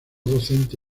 docente